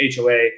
HOA